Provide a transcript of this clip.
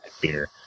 beer